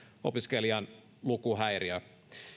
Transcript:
opiskelijan lukihäiriö